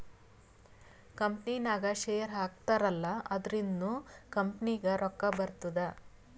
ಕಂಪನಿನಾಗ್ ಶೇರ್ ಹಾಕ್ತಾರ್ ಅಲ್ಲಾ ಅದುರಿಂದ್ನು ಕಂಪನಿಗ್ ರೊಕ್ಕಾ ಬರ್ತುದ್